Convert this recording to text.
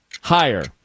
Higher